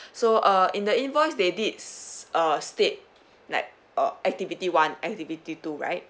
so uh in the invoice they did uh state like uh activity one activity two right